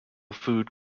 food